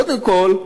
קודם כול,